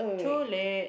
too late